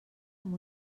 amb